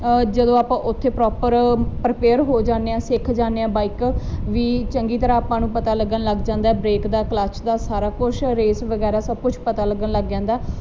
ਜਦੋਂ ਆਪਾਂ ਉੱਥੇ ਪ੍ਰੋਪਰ ਪ੍ਰਪੇਅਰ ਹੋ ਜਾਣੇ ਆ ਸਿੱਖ ਜਾਨੇ ਆ ਬਾਈਕ ਵੀ ਚੰਗੀ ਤਰ੍ਹਾਂ ਆਪਾਂ ਨੂੰ ਪਤਾ ਲੱਗਣ ਲੱਗ ਜਾਂਦਾ ਬਰੇਕ ਦਾ ਕਲੱਚ ਦਾ ਸਾਰਾ ਕੁਝ ਰੇਸ ਵਗੈਰਾ ਸਭ ਕੁਝ ਪਤਾ ਲੱਗਣ ਲੱਗ ਜਾਂਦਾ